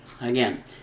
Again